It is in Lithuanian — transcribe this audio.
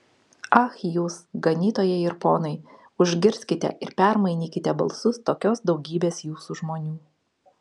ach jūs ganytojai ir ponai užgirskite ir permainykite balsus tokios daugybės jūsų žmonių